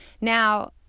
Now